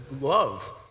love